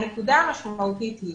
הנקודה המשמעותית היא